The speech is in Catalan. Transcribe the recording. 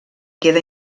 queda